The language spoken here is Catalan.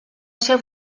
ser